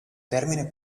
termine